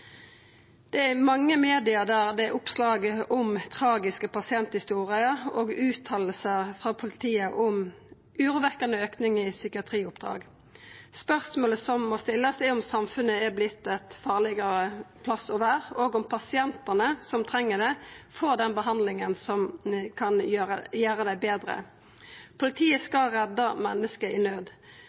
media er det oppslag om tragiske pasienthistorier og fråsegner frå politiet om urovekkjande auke i psykiatrioppdrag. Spørsmålet som må stillast, er om samfunnet er vorte ein farlegare plass å vera, og om pasientane som treng det, får den behandlinga som kan gjera dei betre. Politiet skal redda menneske i nød,